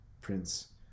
Prince